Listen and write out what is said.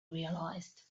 realized